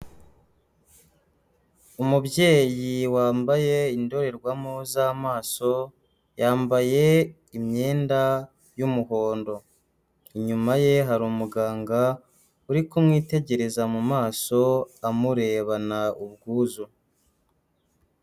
Umubyeyi wambaye indorerwamo z'amaso yambaye imyenda y'umuhondo, inyuma ye hari umuganga uri kumwitegereza mu maso amurebana ubwuzu.